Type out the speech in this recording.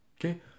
Okay